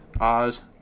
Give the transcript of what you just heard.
Oz